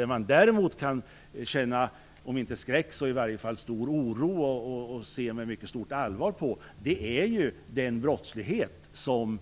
Vad man däremot kan se, om inte med skräck så i alla fall med stor oro och stort allvar på, är den brottslighet som